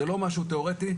זה לא משהו תיאורטי,